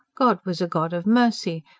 god was a god of mercy,